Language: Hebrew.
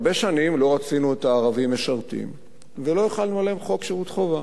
הרבה שנים לא רצינו את הערבים משרתים ולא החלנו עליהם חוק שירות חובה.